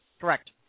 Correct